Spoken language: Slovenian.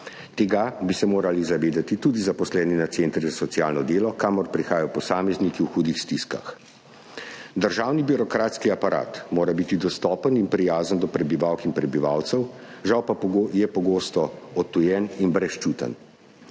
Tega bi se morali zavedati tudi zaposleni na centrih za socialno delo, kamor prihajajo posamezniki v hudih stiskah. Državni birokratski aparat mora biti dostopen in prijazen do prebivalk in prebivalcev, žal pa je pogosto odtujen in brezčuten.